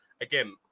again